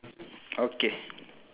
okay